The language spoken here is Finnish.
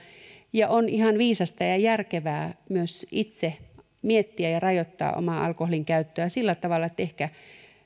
on ihan viisasta ja järkevää myös itse miettiä ja rajoittaa omaa alkoholinkäyttöä sillä tavalla että ehkä